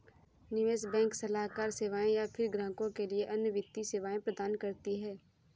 निवेश बैंक सलाहकार सेवाएँ या फ़िर ग्राहकों के लिए अन्य वित्तीय सेवाएँ प्रदान करती है